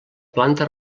planta